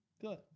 Good